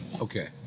Okay